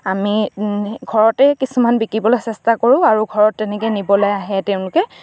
আমি ঘৰতেই কিছুমান বিকিবলৈ চেষ্টা কৰোঁ আৰু ঘৰত তেনেকে নিবলে আহে তেওঁলোকে